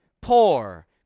poor